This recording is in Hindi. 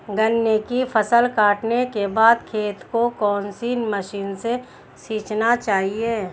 गन्ने की फसल काटने के बाद खेत को कौन सी मशीन से सींचना चाहिये?